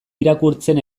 irakurtzen